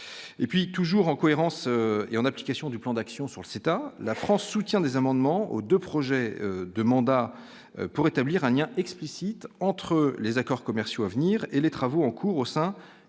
et puis toujours en cohérence et en application du plan d'actions sur le CETA, la France soutient des amendements aux 2 projets de mandat pour établir Ania explicite entre les accords commerciaux à venir et les travaux en cours au sein